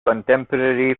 contemporary